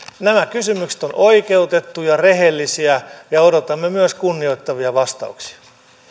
nämä kysymykset ovat oikeutettuja rehellisiä ja odotamme myös kunnioittavia vastauksia